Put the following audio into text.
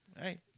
right